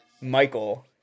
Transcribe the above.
Michael